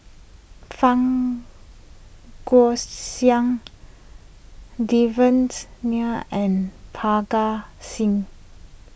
Fang Guixiang Devan's Nair and Parga Singh